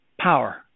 power